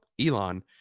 Elon